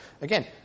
Again